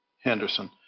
Henderson